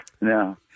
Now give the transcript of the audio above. No